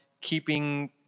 keeping